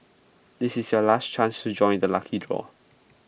this is your last chance to join the lucky draw